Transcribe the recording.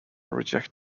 reject